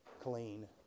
clean